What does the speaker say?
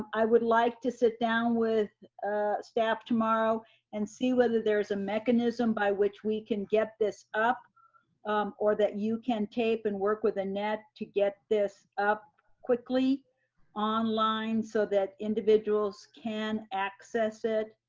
um i would like to sit down with staff tomorrow and see whether there is a mechanism by which we can get this up or that you can tape and work with annette to get this up quickly online so that individuals can access it.